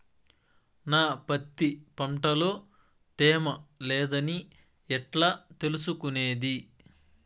నా పత్తి పంట లో తేమ లేదని ఎట్లా తెలుసుకునేది?